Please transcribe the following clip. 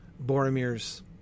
Boromir's